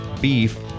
beef